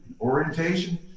orientation